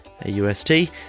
A-U-S-T